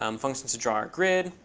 um functions to draw a grid,